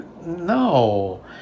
no